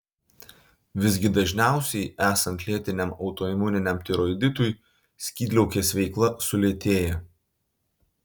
visgi dažniausiai esant lėtiniam autoimuniniam tiroiditui skydliaukės veikla sulėtėja